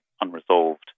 unresolved